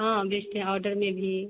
हाँ भेजते हैं ऑडर ले लिए